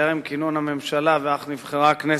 טרם כינון הממשלה וכשאך נבחרה הכנסת,